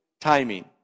timing